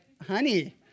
honey